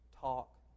talk